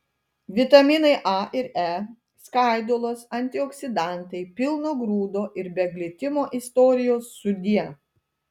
vitaminai a ir e skaidulos antioksidantai pilno grūdo ir be glitimo istorijos sudie